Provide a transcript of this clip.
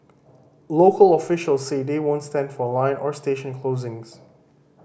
local officials say they won't stand for line or station closings